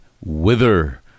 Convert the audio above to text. wither